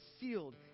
sealed